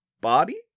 body